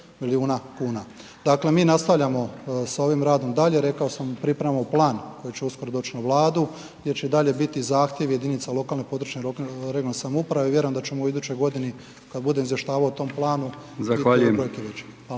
milijuna kuna. Dakle mi nastavljamo s ovim radom dalje, rekao sam pripremamo plan koji će uskoro doći na Vladu gdje će biti i dalje zahtjevi jedinica lokalne i područne (regionalne) samouprave i vjerujem da ćemo u idućoj godini kada budem izvještavao o tom planu biti … /Govornici